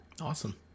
awesome